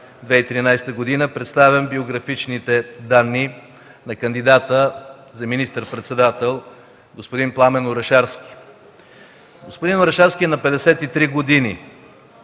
2013 г. представям биографичните данни на кандидата за министър-председател господин Пламен Орешарски. Господин Орешарски е на 53 години.